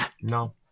No